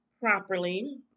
properly